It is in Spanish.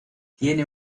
tiene